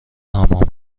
حمام